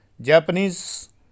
Japanese